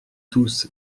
tous